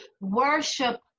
worship